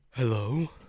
Hello